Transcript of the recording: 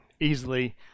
easily